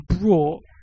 brought